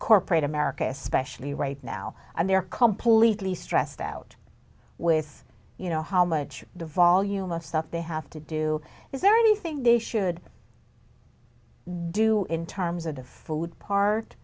corporate america especially right now and they are completely stressed out with you know how much the volume of stuff they have to do is there anything they should do in terms of the food part